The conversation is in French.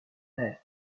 mer